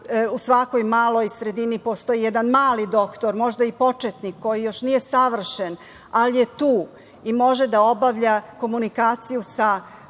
U svakoj maloj sredini postoji jedan mali doktor, možda i početnik koji još nije savršen, ali je tu i može da obavlja komunikaciju sa iskusnim